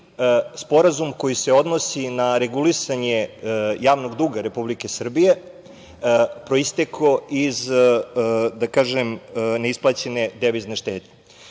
sporazum koji se odnosi na regulisanje javnog duga Republike Srbije, proistekao iz neisplaćene devizne štednje. Na